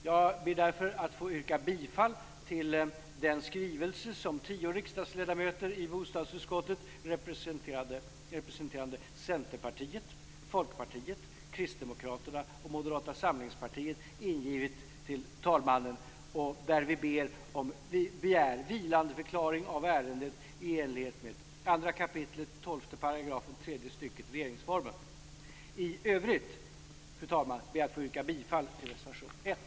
Jag ber därför att få yrka bifall till den skrivelse som tio riksdagsledamöter i bostadsutskottet representerande Centerpartiet, Folkpartiet, Kristdemokraterna och Moderata samlingspartiet ingivit till talmannen, där vi begär vilandeförklaring av ärendet i enlighet med 2 kap. 12 § tredje stycket regeringsformen. I övrigt, fru talman, ber jag att få yrka bifall till reservation 1.